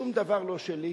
שום דבר לא שלי,